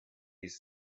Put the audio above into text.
his